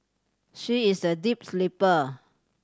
she is a deep sleeper